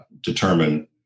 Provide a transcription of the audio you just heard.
determine